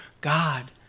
God